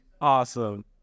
Awesome